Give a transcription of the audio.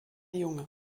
junge